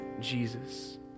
Jesus